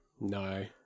No